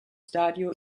stadio